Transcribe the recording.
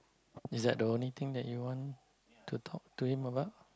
is that the only thing that you want to talk to him about